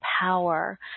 power